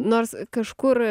nors kažkur